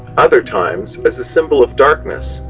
other times, as a symbol of darkness,